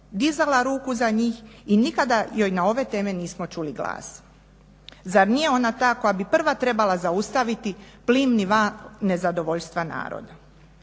dizala ruku za njih i nikada joj na ove teme nismo čuli glas. Zar nije ona ta koja bi prva trebala zaustaviti plimni val nezadovoljstva naroda.